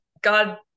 God